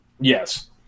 yes